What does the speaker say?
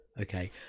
okay